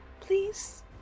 please